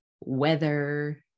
weather